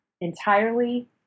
entirely